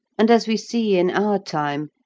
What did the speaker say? and, as we see in our time,